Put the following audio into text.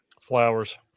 flowers